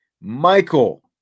Michael